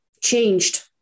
changed